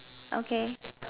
okay